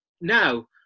now